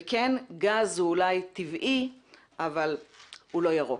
וכן, גז הוא אולי טבעי אבל הוא לא ירוק.